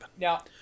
Now